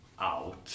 out